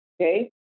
Okay